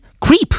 Creep